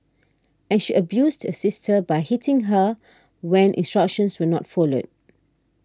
and she abused the sister by hitting her when instructions were not followed